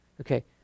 Okay